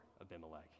Abimelech